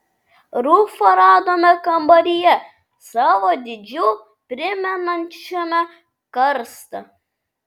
rufą radome kambaryje savo dydžiu primenančiame karstą